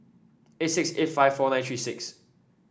eight six eight five four nine three six